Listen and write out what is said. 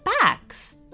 backs